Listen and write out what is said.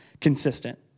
consistent